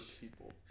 people